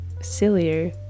sillier